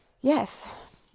yes